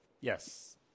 Yes